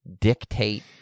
dictate